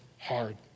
hard